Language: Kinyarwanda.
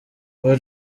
paul